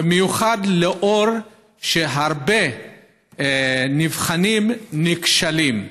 במיוחד לאור כך שהרבה נבחנים נכשלים.